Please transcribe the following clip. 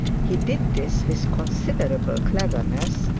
he did this with considerable cleverness,